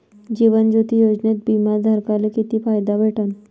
जीवन ज्योती योजनेत बिमा धारकाले किती फायदा भेटन?